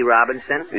Robinson